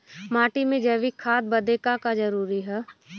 माटी में जैविक खाद बदे का का जरूरी ह?